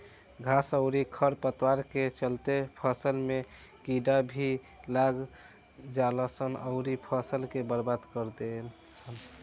घास अउरी खर पतवार के चलते फसल में कीड़ा भी लाग जालसन अउरी फसल के बर्बाद कर देलसन